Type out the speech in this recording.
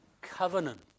covenant